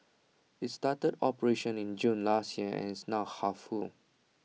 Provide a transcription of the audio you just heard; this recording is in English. IT started operations in June last year and is now half full